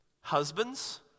Husbands